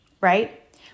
right